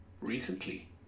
recently